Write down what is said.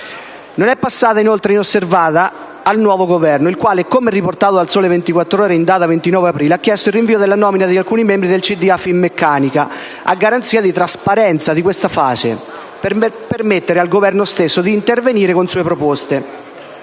Non è passata inosservata infine al nuovo Governo, il quale, come riportato dal «Il Sole 24 ORE», in data 29 aprile, ha chiesto il rinvio della nomina di alcuni membri del consiglio di amministrazione di Finmeccanica, a garanzia di trasparenza di questa fase, per permettere al Governo stesso di intervenire con sue proposte.